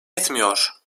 etmiyor